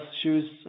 shoes